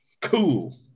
Cool